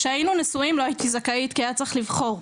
כשהיינו נשואים לא הייתי זכאית כי היה צריך לבחור,